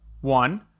one